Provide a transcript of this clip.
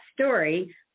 story